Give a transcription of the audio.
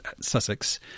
Sussex